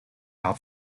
out